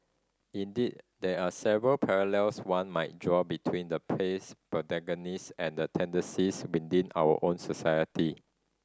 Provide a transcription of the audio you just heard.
indeed there are several parallels one might draw between the play's protagonists and tendencies within our own society